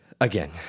Again